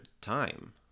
time